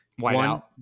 Whiteout